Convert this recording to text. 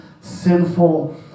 sinful